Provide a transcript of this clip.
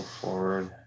forward